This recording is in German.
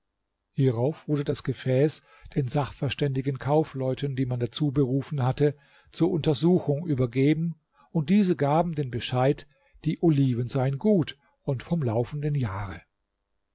hierauf wurde das gefäß den sachverständigen kaufleuten die man dazu berufen hatte zur untersuchung übergeben und diese gaben den bescheid die oliven seien gut und vom laufenden jahre